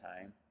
time